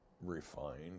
refined